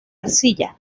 arcilla